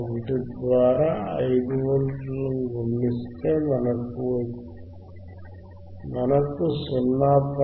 1 ద్వారా 5 వోల్ట్ల ను గుణిస్తే మనకు 0